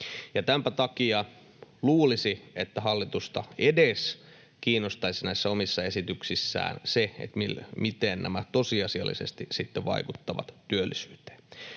tämänpä takia luulisi, että hallitusta edes kiinnostaisi näissä omissa esityksissään se, miten nämä tosiasiallisesti sitten vaikuttavat työllisyyteen.